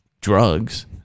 drugs